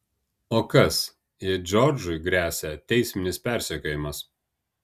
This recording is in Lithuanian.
o kas jei džordžui gresia teisminis persekiojimas